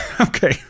Okay